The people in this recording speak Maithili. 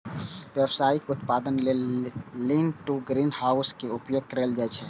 व्यावसायिक उत्पादन लेल लीन टु ग्रीनहाउस के उपयोग कैल जाइ छै